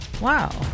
Wow